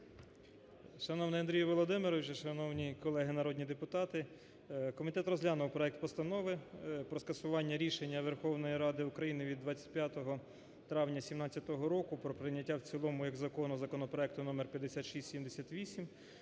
Шановний Андрій Володимирович! Шановні колеги, народні депутати! Комітет розглянув проект Постанови про скасування рішення Верховної Ради України від 25 травня 2017 року про прийняття в цілому як Закону законопроекту № 5678.